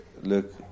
look